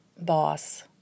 boss